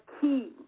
key